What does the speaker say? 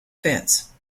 fence